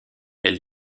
elle